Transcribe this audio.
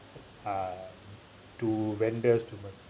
uh to vendors to